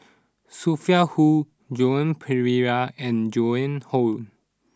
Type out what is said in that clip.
Sophia Hull Joan Pereira and Joan Hon